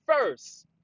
first